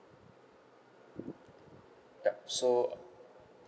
yup so